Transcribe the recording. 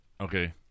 okay